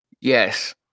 Yes